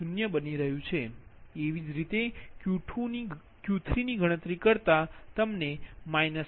0 બની રહ્યું છે તેવી જ રીતે Q3 ગણતરી કરતા તમે 1